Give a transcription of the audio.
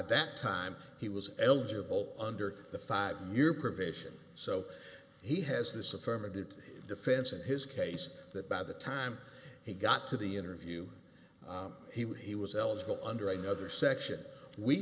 that time he was eligible under the five year provision so he has this affirmative defense in his case that by the time he got to the interview he was eligible under another section we